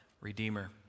redeemer